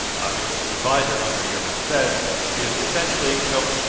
and what this adviser, andriy yermak, says is essentially, you know,